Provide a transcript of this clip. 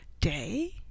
day